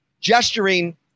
gesturing